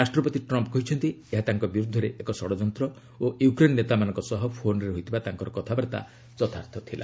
ରାଷ୍ଟ୍ରପତି ଟ୍ରମ୍ପ୍ କହିଛନ୍ତି ଏହା ତାଙ୍କ ବିରୁଦ୍ଧରେ ଏକ ଷଡ଼ଯନ୍ତ ଓ ୟୁକ୍ରେନ୍ ନେତାମାନଙ୍କ ସହ ଫୋନ୍ରେ ହୋଇଥିବା ତାଙ୍କ କଥାବାର୍ତ୍ତା ଯଥାର୍ଥ ଥିଲା